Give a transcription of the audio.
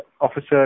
officer